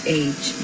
age